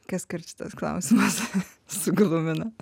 kaskart šitas klausimas suglumina